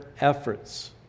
efforts